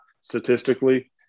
statistically